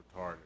retarded